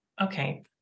okay